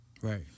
Right